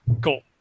cool